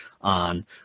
on